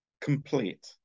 complete